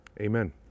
Amen